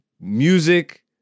music